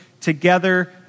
together